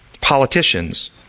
politicians